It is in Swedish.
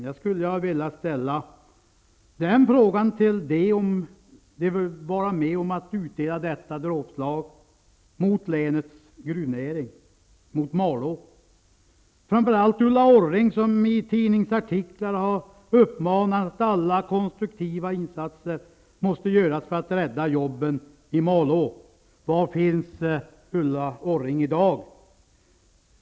Jag skulle till dem ha velat ställa frågan om de vill vara med om att utdela detta dråpslag mot länets gruvnäring och mot Malå. Jag tänker framför allt på Ulla Orring, som i tidningsartiklar har framhållit att alla konstruktiva insatser måste göras för att rädda jobben i Malå. Var finns Ulla Orring i dag?